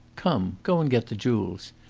come, go and get the jewels.